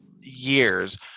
years